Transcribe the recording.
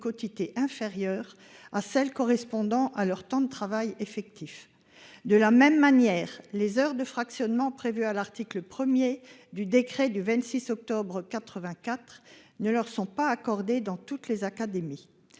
inférieure à celle correspondant à leur temps de travail effectif de la même manière les heures de fractionnement prévue à l'article 1er du décret du 26 octobre 84 ne leur sont pas accordé dans toutes les académies.